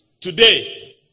Today